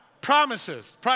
Promises